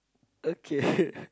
okay